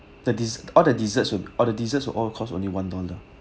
the des~ all the desserts will all the deserts will all costs only one dollar